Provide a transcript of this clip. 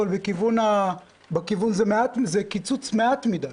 אבל זה קיצוץ מועט מדי.